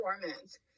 performance